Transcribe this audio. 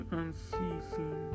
unceasing